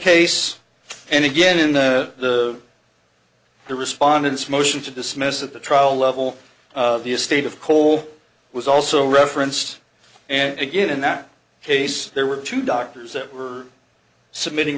case and again in the the respondents motion to dismiss at the trial level of the estate of cole was also referenced and begin in that case there were two doctors that were submitting